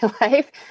life